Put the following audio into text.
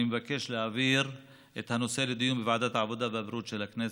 אני מבקש להעביר את הנושא לדיון בוועדת העבודה והבריאות של הכנסת,